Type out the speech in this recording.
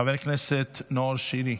חבר הכנסת נאור שירי,